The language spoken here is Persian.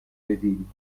بدین